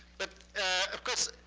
but of course,